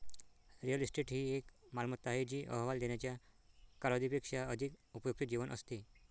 real estate ही एक मालमत्ता आहे जी अहवाल देण्याच्या कालावधी पेक्षा अधिक उपयुक्त जीवन असते